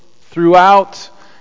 throughout